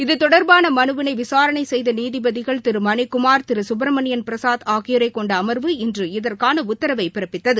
இதுதொடர்பான மனுவினை விசாரணை செய்த நீதிபதிகள் திரு மணிக்குமார் திரு சுப்ரமணியன் பிரசாத் ஆகியோரை கொண்ட அமர்வு இன்று இதற்கான உத்தரவை பிறப்பித்தது